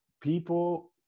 people